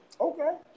Okay